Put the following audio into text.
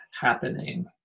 happening